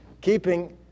keeping